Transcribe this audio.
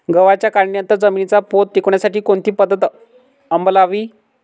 गव्हाच्या काढणीनंतर जमिनीचा पोत टिकवण्यासाठी कोणती पद्धत अवलंबवावी?